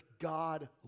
God